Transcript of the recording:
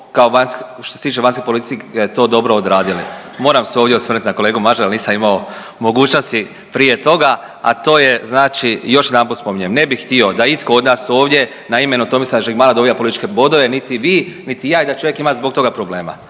što se tiče vanjske politike to dobro odradili. Moram se ovdje osvrnuti na kolegu Mažara jer nisam imao mogućnosti prije toga, a to je znači još jedanput spominjem ne bih htio da itko od nas ovdje na imenu Tomislava Žigmana dobije političke bodove, niti vi, niti ja i da čovjek ima zbog toga problema.